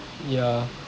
ya